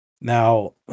now